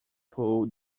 pool